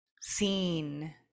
seen